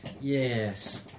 Yes